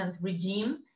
regime